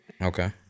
Okay